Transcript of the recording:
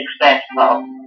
successful